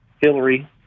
hillary